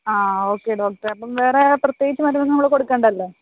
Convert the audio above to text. okay ഡോക്ടറെ അപ്പം വേറെ പ്രത്യേകിച്ച് മരുന്നൊന്നും കൊടുക്കണ്ടല്ലോ